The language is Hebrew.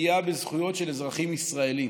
בפגיעה בזכויות של אזרחים ישראלים.